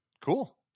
cool